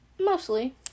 Mostly